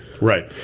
Right